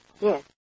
Yes